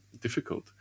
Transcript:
difficult